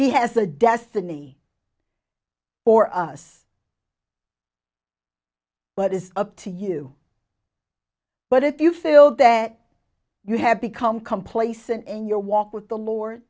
he has a destiny for us but is up to you but if you feel that you have become complacent in your walk with the lord